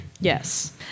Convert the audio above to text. Yes